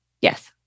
Yes